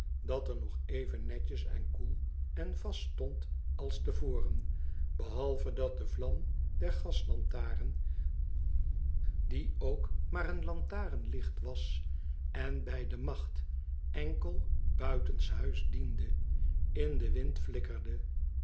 dat er nog even netjes en koel en vast stond als te voren behalve dat de vlam der gaslantaren die ook maar een jantarenlicht was en bij de macht enkel buitenshuis diende in den wind